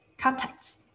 Contacts